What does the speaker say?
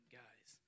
guys